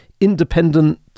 independent